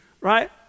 right